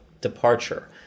departure